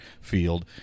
field